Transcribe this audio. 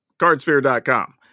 Cardsphere.com